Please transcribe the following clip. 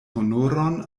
honoron